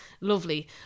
Lovely